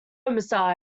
homicide